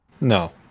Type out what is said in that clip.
No